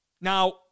Now